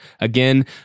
Again